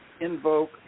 invoke